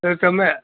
તો તમે